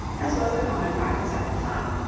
as was the common practice at the time.